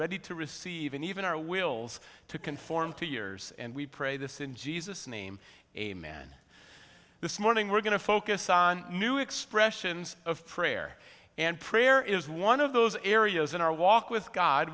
ready to receive and even our wills to conform to yours and we pray this in jesus name amen this morning we're going to focus on new expressions of prayer and prayer is one of those areas in our walk with god